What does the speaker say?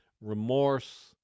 remorse